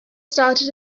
started